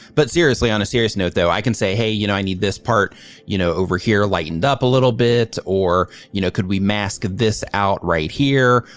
but seriously, on a serious note though i can say, hey, you know, i need this part you know, over here, lightened up a little bit or, you know, could we mask this out right here?